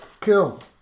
Cool